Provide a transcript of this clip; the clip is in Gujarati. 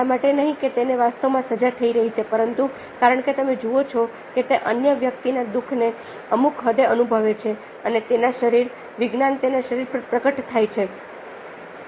એટલા માટે નહીં કે તેને વાસ્તવમાં સજા થઈ રહી છે પરંતુ કારણ કે તમે જુઓ છો કે તે અન્ય વ્યક્તિના દુઃખને અમુક હદે અનુભવે છે અને તેની શરીર વિજ્ઞાન તેના શરીર પર પ્રગટ થાય છે